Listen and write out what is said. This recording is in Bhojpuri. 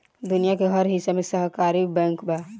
दुनिया के हर हिस्सा में सहकारी बैंक बा